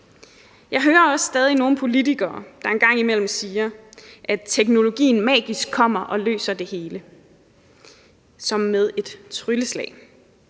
Jeg hører også stadig nogle politikere en gang imellem sige, at teknologien på magisk vis kommer og løser det hele, som med et trylleslag.